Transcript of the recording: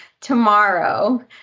tomorrow